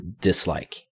dislike